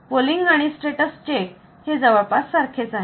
polling आणि status check हे जवळपास सारखेच आहेत